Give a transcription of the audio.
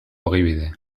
ogibide